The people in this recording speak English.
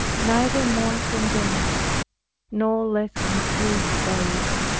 neither more contented nor less confused by it.